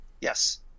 Yes